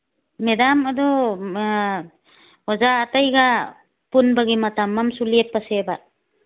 madam ꯑꯗꯨ ꯑꯣꯖꯥ ꯑꯇꯩꯒ ꯄꯨꯟꯕꯒꯤ ꯃꯇꯝ ꯑꯝꯁꯨ ꯂꯦꯞꯄꯁꯦꯕ